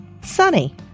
SUNNY